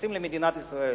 מתייחסים למדינת ישראל,